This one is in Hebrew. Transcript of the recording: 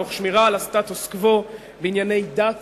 תוך שמירה על הסטטוס-קוו בענייני דת